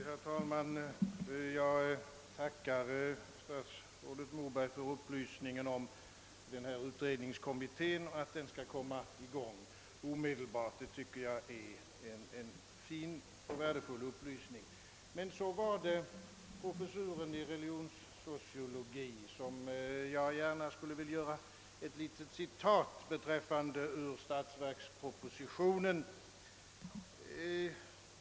Herr talman! Jag tackar statsrådet Moberg för upplysningen om den utredningskommitté som omedelbart skall börja arbeta. Det tycker jag är en värdefull upplysning. Beträffande professuren i religionssociologi skulle jag vilja göra ett litet citat ur statsverkspropositionen.